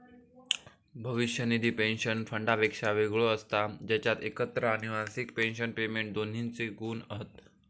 भविष्य निधी पेंशन फंडापेक्षा वेगळो असता जेच्यात एकत्र आणि मासिक पेंशन पेमेंट दोन्हिंचे गुण हत